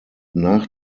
nach